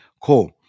Cool